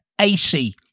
AC